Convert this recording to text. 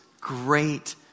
great